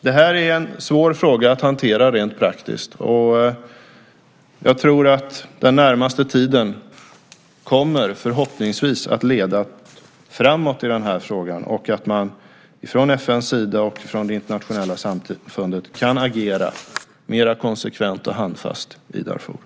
Det här är en svår fråga att hantera rent praktiskt. Jag tror att den närmaste tiden, förhoppningsvis, kommer att leda framåt i denna fråga och att man ifrån FN:s och det internationella samfundets sida kan agera mera konsekvent och handfast i Darfur.